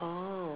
oh